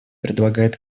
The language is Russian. предлагает